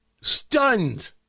Stunned